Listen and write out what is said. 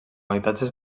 habitatges